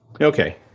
Okay